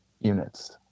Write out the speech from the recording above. units